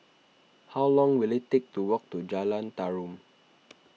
how long will it take to walk to Jalan Tarum